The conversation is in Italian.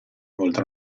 oltre